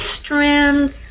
strands